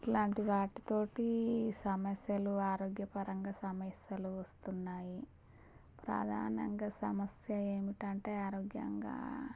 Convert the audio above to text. ఇలాంటి వాటితో సమస్యలు ఆరోగ్యపరంగా సమస్యలు వస్తున్నాయి ప్రధానంగా సమస్య ఏమిటి అంటే ఆరోగ్యంగా